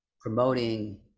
promoting